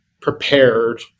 prepared